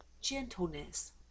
gentleness